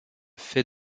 fait